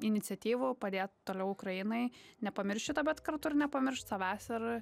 iniciatyvų padėt toliau ukrainai nepamirš bet kartu ir nepamiršt savęs ir